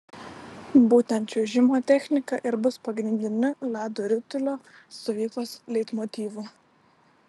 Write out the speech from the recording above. būtent čiuožimo technika ir bus pagrindiniu ledo ritulio stovyklos leitmotyvu